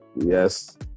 yes